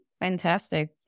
fantastic